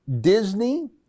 Disney